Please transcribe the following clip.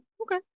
Okay